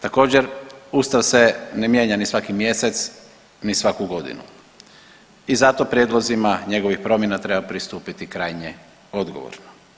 Također ustav se ne mijenja ni svaki mjesec, ni svaku godinu i zato prijedlozima njegovih promjena treba pristupiti krajnje odgovorno.